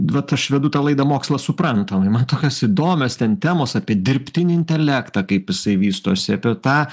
vat aš vedu tą laidą mokslas suprantamai man tokios įdomios ten temos apie dirbtinį intelektą kaip jisai vystosi apie tą